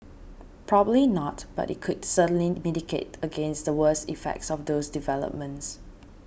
probably not but it could certainly mitigate against the worst effects of those developments